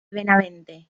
benavente